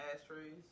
ashtrays